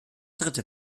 dritte